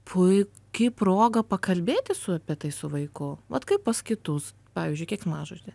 puiki proga pakalbėti su tai su vaiku vat kaip pas kitus pavyzdžiui keiksmažodžiai